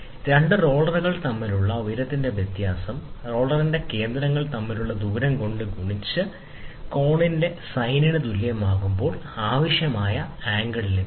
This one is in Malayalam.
രണ്ട് റോളറുകൾ തമ്മിലുള്ള ഉയരത്തിലെ വ്യത്യാസം റോളറിന്റെ കേന്ദ്രങ്ങൾ തമ്മിലുള്ള ദൂരം കൊണ്ട് ഗുണിച്ച കോണിന്റെ സൈനിന് തുല്യമാകുമ്പോൾ ആവശ്യമായ ആംഗിൾ ലഭിക്കും